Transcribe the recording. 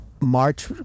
March